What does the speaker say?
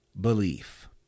belief